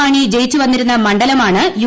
മാണി ജയിച്ചു വന്നിരുന്ന മണ്ഡലമാണ് യു